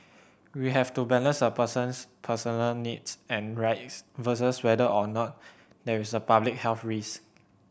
we have to balance a person's personal needs and rights versus whether or not there is a public health risk